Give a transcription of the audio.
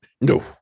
no